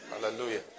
Hallelujah